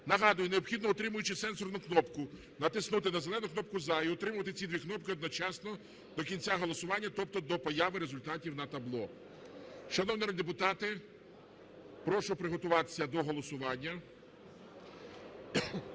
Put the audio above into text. Нагадую, необхідно, утримуючи сенсорну кнопку, натиснути на зелену кнопку "за" і утримувати ці дві кнопки одночасно до кінця голосування, тобто до появи результатів на табло. Шановні народні депутати, прошу приготуватися до голосування.